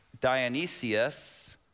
Dionysius